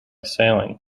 sailing